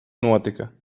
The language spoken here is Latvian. notika